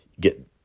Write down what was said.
get